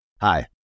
Hi